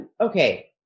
okay